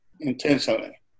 Intentionally